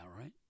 right